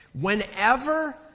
whenever